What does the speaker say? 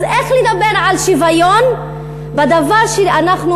אז איך אפשר לדבר על שוויון בדבר שאנחנו